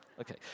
Okay